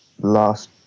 last